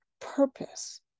purpose